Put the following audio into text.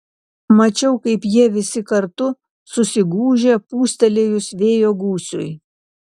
mačiau kaip jie visi kartu susigūžė pūstelėjus vėjo gūsiui